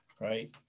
Right